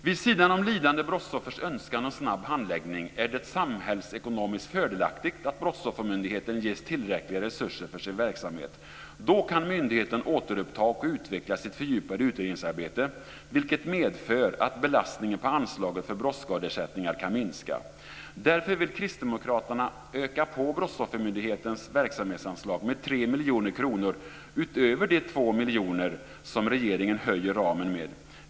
Vid sidan om lidande brottsoffers önskan om snabb handläggning är det samhällsekonomiskt fördelaktigt att Brottsoffermyndigheten ges tillräckliga resurser för sin verksamhet. Då kan myndigheten återuppta och fördjupa sitt utredningsarbete vilket medför att belastningen på anslaget för brottsskadeersättningar kan minska. Därför vill Kristdemokraterna öka på Brottsoffermyndighetens verksamhetsanslag med 3 miljoner kronor utöver de 2 miljoner som regeringen höjer ramen med.